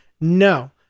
No